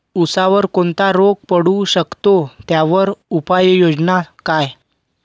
ऊसावर कोणता रोग पडू शकतो, त्यावर उपाययोजना काय?